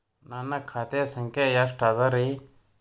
ನನ್ನ ಖಾತೆ ಸಂಖ್ಯೆ ಎಷ್ಟ ಅದರಿ?